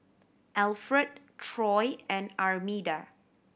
Alfred Troy and Armida